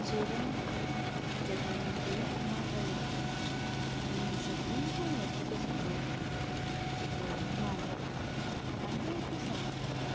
तेरहं जॻहायुनि ते मां वई हुअमि हुन में सभिनीनि खां वधीक सुठो हुओ जेको आहे मांडवी मांडवी हिकु समूद्र आहियां